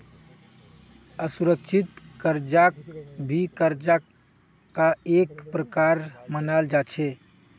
असुरिक्षित कर्जाक भी कर्जार का एक प्रकार मनाल जा छे